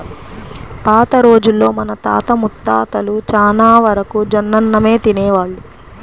పాత రోజుల్లో మన తాత ముత్తాతలు చానా వరకు జొన్నన్నమే తినేవాళ్ళు